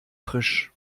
frisch